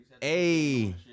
Hey